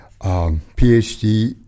PhD